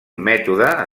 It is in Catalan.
mètode